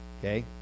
okay